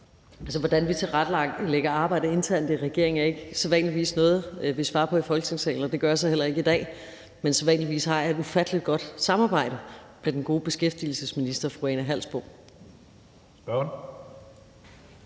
hvordan vi tilrettelægger arbejdet internt i regeringen, er ikke sædvanligvis noget, vi svarer på i Folketingssalen, og det gør jeg så heller ikke i dag. Men sædvanligvis har jeg et ufattelig godt samarbejde med beskæftigelsesministeren. Kl.